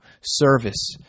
service